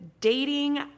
dating